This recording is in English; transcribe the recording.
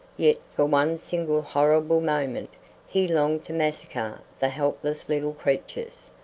yet for one single horrible moment he longed to massacre the helpless little creatures.